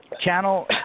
channel